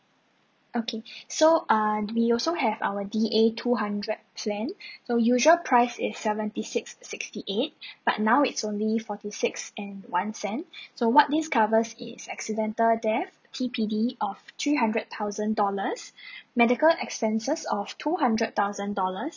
okay so err we also have our D A two hundred plan so usual price is seventy six sixty eight but now it's only forty six and one cent so what this covers is accidental death T_P_D of three hundred thousand dollars medical expenses of two hundred thousand dollars